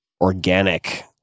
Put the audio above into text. organic